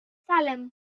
salem